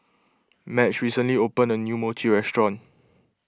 Madge recently opened a new Mochi restaurant